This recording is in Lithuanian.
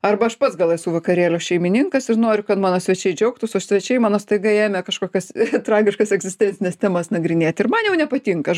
arba aš pats gal esu vakarėlio šeimininkas ir noriu kad mano svečiai džiaugtųsi o svečiai mano staiga ėmė kažkokias tragiškas egzistencines temas nagrinėti ir man jau nepatinka aš